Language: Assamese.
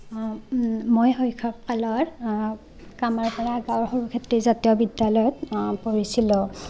মই শৈশৱ কালত কামাৰপাৰা গাঁৱৰ সৰুক্ষেত্ৰী জাতীয় বিদ্যালয়ত পঢ়িছিলোঁ